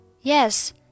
Yes